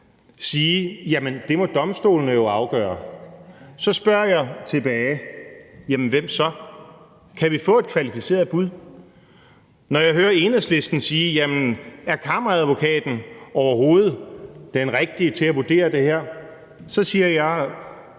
sige, at det må domstolene jo afgøre, så spørger jeg tilbage: Jamen hvem så? Kan vi få et kvalificeret bud? Når jeg hører Enhedslisten sætte spørgsmålstegn ved, om Kammeradvokaten overhovedet er den rigtige til at vurdere det her, så siger jeg,